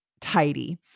tidy